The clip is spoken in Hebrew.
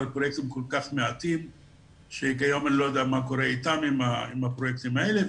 כל כך מעטים שכיום אני לא יודע מה קורה עם הפרויקטים האלה.